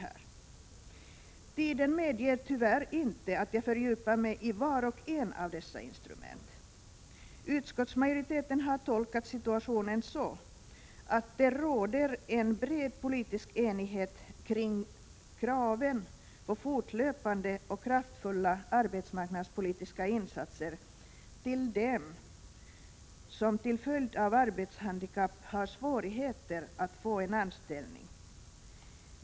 Tiden medger tyvärr inte att jag fördjupar mig i vart och ett av dessa instrument. Utskottsmajoriteten har tolkat situationen så att det råder en bred politisk enighet kring kraven på fortlöpande och kraftfulla arbetsmarknadspolitiska insatser till dem som till följd av arbetshandikapp har svårigheter att få en anställning.